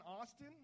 Austin